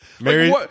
Mary